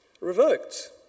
revoked